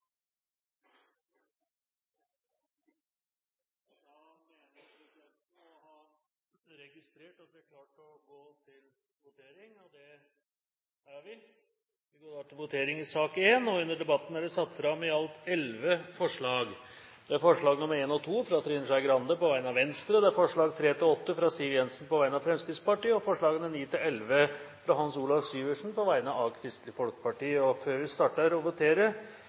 Da mener presidenten å ha registrert at vi er klare til å gå til votering. Under debatten er det satt fram i alt 11 forslag. Det er forslagene nr. 1 og 2, fra Trine Skei Grande på vegne av Venstre forslagene nr. 3–8, fra Siv Jensen på vegne av Fremskrittspartiet forslagene nr. 9–11, fra Hans Olav Syversen på vegne av Kristelig Folkeparti. Før vi starter å votere,